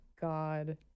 God